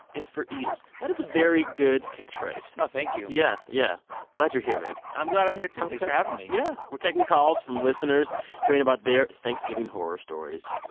it's for eaters. that is a very good catchphrase oh, thank you yeah, yeah glad you're here, man i'm glad i'm here, too. thanks for having me yeah. we're taking calls from listeners hearing about their thanksgiving horror stories.